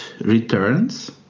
returns